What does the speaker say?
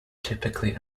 typically